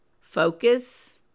focus